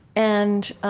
and